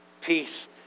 Peace